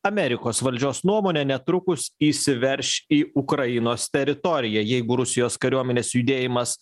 amerikos valdžios nuomone netrukus įsiverš į ukrainos teritoriją jeigu rusijos kariuomenės judėjimas